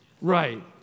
Right